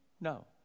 No